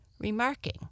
remarking